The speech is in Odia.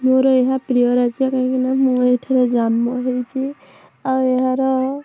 ମୋର ଏହା ପ୍ରିୟ ରାଜ୍ୟ କାହିଁକି ନା ମୁଁ ଏହିଠାରେ ଜନ୍ମ ହେଇଛି ଆଉ ଏହାର